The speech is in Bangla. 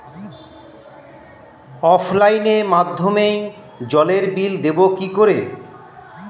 অফলাইনে মাধ্যমেই জলের বিল দেবো কি করে?